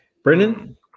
Brendan